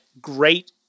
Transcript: great